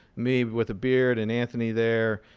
me with a beard and anthony there.